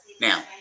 now